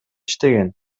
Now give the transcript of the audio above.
иштеген